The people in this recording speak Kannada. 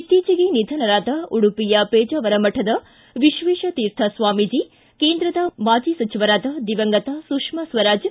ಇತ್ತೀಚಿಗೆ ನಿಧನರಾದ ಉಡುಪಿಯ ಪೇಜಾವರ ಮಠದ ವಿಶ್ವೇಶ ತೀರ್ಥ ಸ್ವಾಮೀಜಿ ಕೇಂದ್ರದ ಮಾಜಿ ಸಚವರಾದ ದಿವಂಗತ ಸುಷ್ಕಾ ಸ್ವರಾಜ್